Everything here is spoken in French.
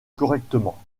correctement